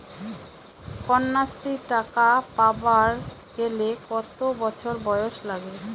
কন্যাশ্রী টাকা পাবার গেলে কতো বছর বয়স লাগে?